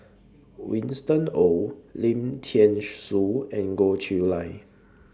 Winston Oh Lim Thean Soo and Goh Chiew Lye